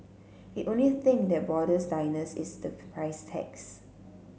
the only thing that bothers diners is the price tags